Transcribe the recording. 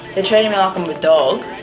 and treating me like i'm a dog.